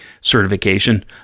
certification